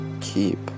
keep